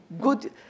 good